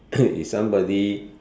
if somebody